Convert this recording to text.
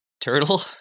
turtle